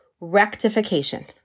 rectification